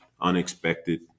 unexpected